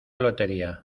lotería